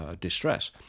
distress